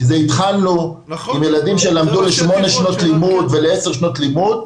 והתחלנו עם ילדים שלמדו שמונה שנות לימוד ועשר שנות לימוד,